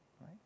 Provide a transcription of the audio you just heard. right